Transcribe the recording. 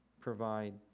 provide